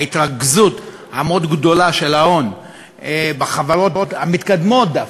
ההתרכזות המאוד-גדולה של ההון בחברות המתקדמות-דווקא,